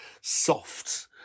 soft